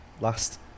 last